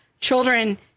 children